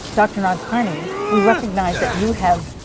dr. nadkarni, we recognize that you have,